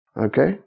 Okay